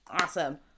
awesome